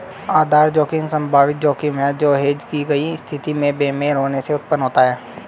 आधार जोखिम संभावित जोखिम है जो हेज की गई स्थिति में बेमेल होने से उत्पन्न होता है